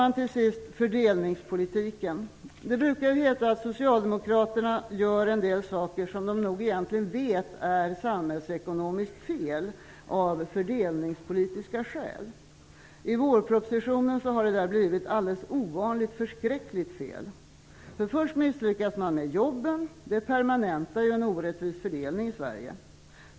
Låt mig till sist ta upp fördelningspolitiken. Det brukar ju heta att Socialdemokraterna gör en del saker "av fördelningspolitiska skäl", som de nog egentligen vet är samhällsekonomiskt fel. I vårpropositionen har detta blivit alldeles ovanligt förskräckligt fel. Först misslyckas man med jobben, vilket permanentar en orättvis fördelning i Sverige.